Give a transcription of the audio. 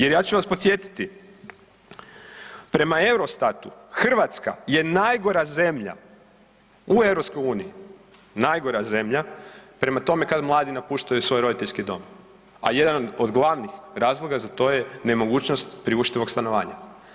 Jer ja ću vas podsjetiti prema EUROSTAT-u Hrvatska je najgora zemlja u EU, najgora zemlja prema tome kad mladi napuštaju svoj roditeljskih dom, a jedan od glavnih razloga za to je nemogućnost priuštivog stanovanja.